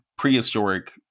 prehistoric